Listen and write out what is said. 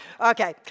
Okay